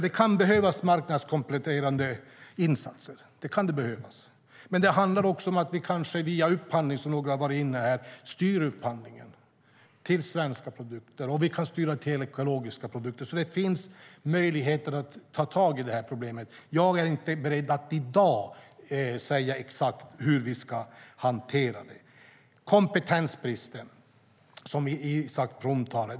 Det kan behövas marknadskompletterande insatser. Det handlar också om att styra upphandlingen till svenska produkter och även till ekologiska produkter. Det finns möjligheter att ta tag i problemet, men jag är inte beredd att i dag säga exakt hur vi ska hantera problemet. Isak From tog upp frågan om kompetensbristen.